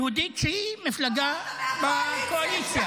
מישהו מהקואליציה.